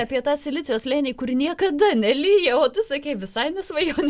apie tą silicio slėnį kur niekada nelyja o tu sakei visai be svajonių